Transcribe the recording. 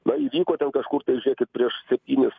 na įvyko kažkur tai žėkit prieš septynis